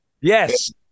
Yes